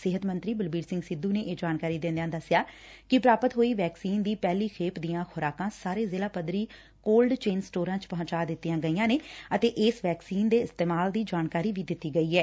ਸਿਹਤ ਮੰਤਰੀ ਬਲਬੀਰ ਸਿੰਘ ਸਿੱਧੁ ਨੇ ਇਹ ਜਾਣਕਾਰੀ ਦਿੰਦਿਆਂ ਦਸਿਆ ਕਿ ਪ੍ਰਾਪਤ ਹੋਈ ਵੈਕਸੀਨ ਦੀ ਪਹਿਲੀ ਖੇਪ ਦੀਆਂ ਖੁਰਾਕਾਂ ਸਾਰੇ ਜ਼ਿਲਾ ਪੱਧਰੀ ਕੋਲਡ ਚੇਨ ਸਟੋਰਾਂ ਚ ਪਹੁੰਚਾ ਦਿੱਤੀਆਂ ਗਈਆਂ ਨੇ ਅਤੇ ਇਸ ਵੈਕਸਨਿ ਦੇ ਇਸਤੇਮਾਲ ਦੀ ਜਾਣਕਾਰੀ ਵੀ ਦਿੱਤੀ ਗਈ ਐ